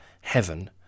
heaven